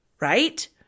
right